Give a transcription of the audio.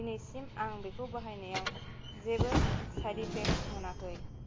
दिनैसिम आं बेखौ बाहायनायाव जेबो साइद इपेक मोनोखै